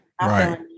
Right